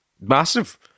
Massive